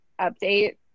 update